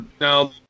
Now